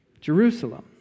Jerusalem